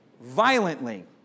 Violently